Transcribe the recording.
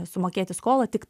sumokėti skolą tik